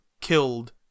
killed